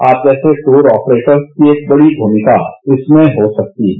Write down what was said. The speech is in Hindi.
आप जैसे ट्रर आपरेटर्स के लिये एक बड़ी भूमिका इसमें हो सकती है